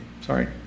sorry